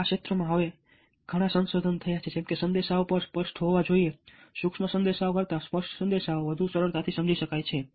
આ ક્ષેત્રોમાં હવે ઘણાં સંશોધનો થયા છે જેમ કે સંદેશાઓ સ્પષ્ટ હોવા જોઈએ સૂક્ષ્મ સંદેશાઓ કરતાં સ્પષ્ટ સંદેશાઓ વધુ સરળતાથી સમજી શકાય છે